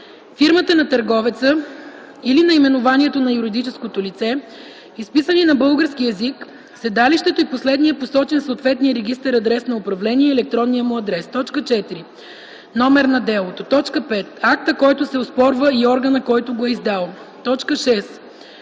фирмата на търговеца или наименованието на юридическото лице, изписани и на български език, седалището и последния посочен в съответния регистър адрес на управление и електронния му адрес; 4. номер на делото; 5. акта, който се оспорва, и органа, който го е издал; 6.